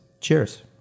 Cheers